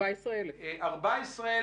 ש-24,000